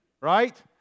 right